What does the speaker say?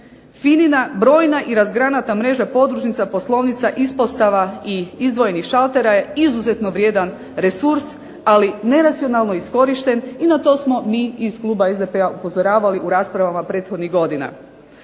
FINA-ina brojna i razgranata mreža poslovnica i podružnica, ispostava i izdvojenih šaltera je izuzetno vrijedan resurs ali neracionalno iskorišten i na to smo mi iz Kluba SDP-a upozoravali u raspravama prethodnih godina.